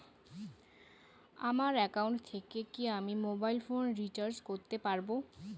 আমার একাউন্ট থেকে কি আমি মোবাইল ফোন রিসার্চ করতে পারবো?